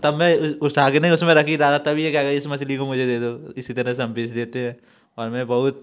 तब मैं उसे धागे में उसमें रख ही रहा था तब ये क्या इस मछली को मुझे दे दो इसी तरह हम बेच देते हैं और हमें बहुत